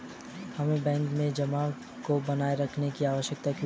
हमें बैंक में जमा को बनाए रखने की आवश्यकता क्यों है?